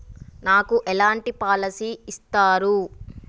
నాకు ఎలాంటి పాలసీ ఇస్తారు?